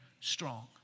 strong